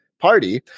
party